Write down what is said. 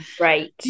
Right